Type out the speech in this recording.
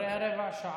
אחרי רבע שעה.